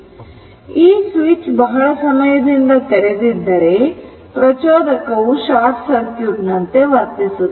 ಈ ಸ್ವಿಚ್ ಬಹಳ ಹೊತ್ತಿನಿಂದ ತೆರೆದಿದ್ದರೆ ಪ್ರಚೋದಕವೂ ಶಾರ್ಟ್ ಸರ್ಕ್ಯೂಟ್ ನಂತೆ ವರ್ತಿಸುತ್ತದೆ